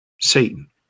Satan